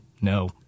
no